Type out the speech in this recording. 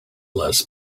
less